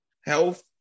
health